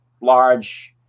large